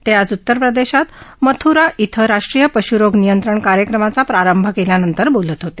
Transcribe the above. ते आज उत्तर प्रदेशात मथ्रा इथं राष्ट्रीय श् रोग नियंत्रण कार्यक्रमाचा प्रारंभ केल्यानंतर बोलत होते